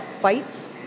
Fights